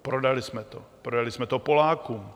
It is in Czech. Prodali jsme to, prodali jsme to Polákům.